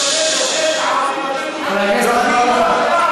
חבר הכנסת אזברגה,